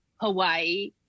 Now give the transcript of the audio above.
Hawaii